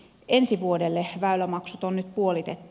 ensi vuodelle väylämaksut on nyt puolitettu